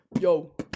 Yo